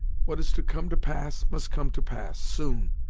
what is to come to pass, must come to pass soon,